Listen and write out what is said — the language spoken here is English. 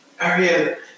Ariel